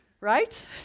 Right